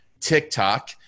TikTok